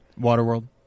Waterworld